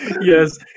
Yes